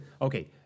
Okay